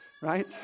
Right